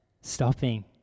stopping